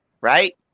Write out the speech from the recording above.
right